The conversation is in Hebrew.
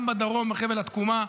גם בדרום, בחבל התקומה,